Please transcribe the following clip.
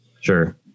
Sure